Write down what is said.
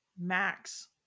max